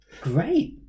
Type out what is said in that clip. Great